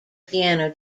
piano